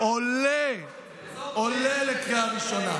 הודעתי על כוונתי,